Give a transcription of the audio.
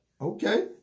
Okay